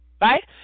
right